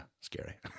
scary